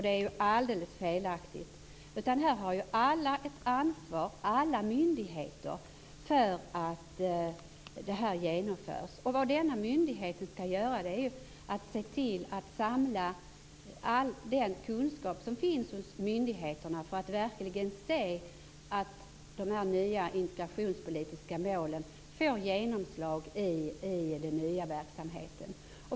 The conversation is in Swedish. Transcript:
Det är ju alldeles felaktigt. Alla myndigheter har ett ansvar för att det här genomförs. Det denna myndighet skall göra är att samla all den kunskap som finns hos myndigheterna för att verkligen se till att de nya integrationspolitiska målen får genomslag i den nya verksamheten.